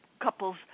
couples